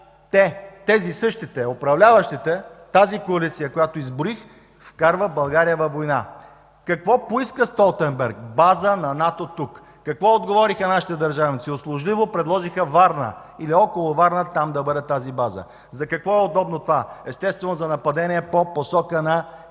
Сега същите, управляващите, тази коалиция, която изброих, вкарва България във война. Какво поиска Столтенберг тук? – База на НАТО тук. Какво отговориха нашите държавници? Услужливо предложиха Варна или около Варна да бъде тази база. За какво е удобно това? Естествено, за нападение по посока на Крим